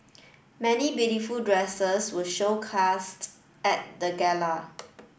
many beautiful dresses were showcased at the gala